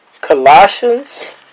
Colossians